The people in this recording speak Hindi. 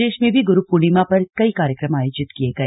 प्रदेश में भी गुरु पूर्णिमा पर कई कार्यक्रम आयोजित किये गए